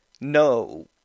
No